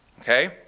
Okay